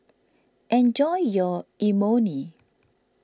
enjoy your Imoni